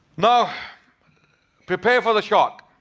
now prepare for the shock.